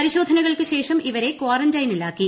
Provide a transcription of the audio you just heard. പരിശോധനകൾക്ക് ശേഷം ഇവരെ ക്വാറന്റൈനിലാക്കി